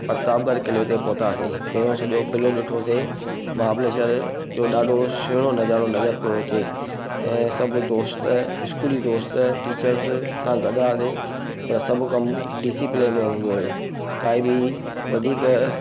प्रतापगढ़ किले ते पहुतासीं पहिरियों सॼो किलो ॾिठोसीं महाबलेश्वर जो ॾाढो सुहिणो नज़ारो नज़रु पियो अचे ऐं सभु दोस्त स्कूली दोस्त टीचर्स सां गॾु हुआसीं त सभु कमु डिसिप्लिन में हूंदो हुओ काई बि वधीक